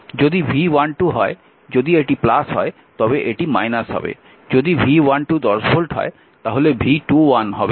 যদি V12 হয় যদি এটি হয় তবে এটি হবে যদিV12 10 ভোল্ট হয় তাহলে V21 হবে 10 ভোল্ট